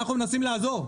אנחנו מנסים לעזור.